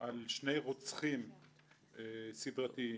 על שני רוצחים סדרתיים,